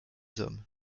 hommes